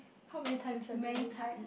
how many times have you been